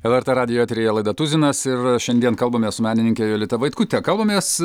lrt radijo eteryje laidą tuzinas ir šiandien kalbamės su menininke jolita vaitkute kalbamės